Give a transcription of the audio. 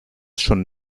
schon